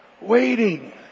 waiting